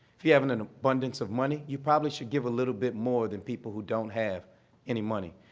if you have an an abundance of money, you probably should give a little bit more than people who don't have any money.